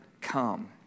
come